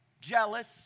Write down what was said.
jealous